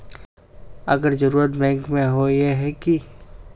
अगर जरूरत बैंक में होय है की?